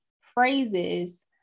phrases